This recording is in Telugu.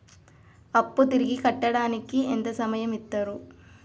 అప్పు తిరిగి కట్టడానికి ఎంత సమయం ఇత్తరు?